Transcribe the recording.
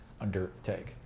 undertake